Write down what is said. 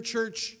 Church